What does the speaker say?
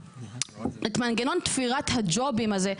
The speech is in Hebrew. את מנגנון תפירת הג'ובים הזה,